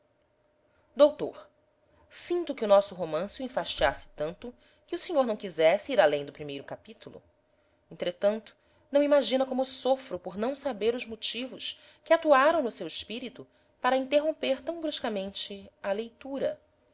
doutor sinto que o nosso romance o enfastiasse tanto que o senhor não quisesse ir além do primeiro capítulo entretanto não imagina como sofro por não saber os motivos que atuaram no seu espírito para interromper tão bruscamente a leitura